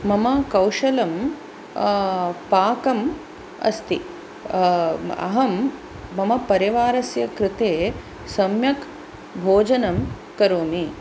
मम कौशलं पाकम् अस्ति अहं मम परिवारस्य कृते सम्यक् भोजनं करोमि